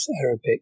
Arabic